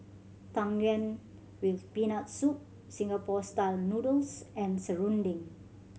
Tang Yuen with Peanut Soup Singapore Style Noodles and serunding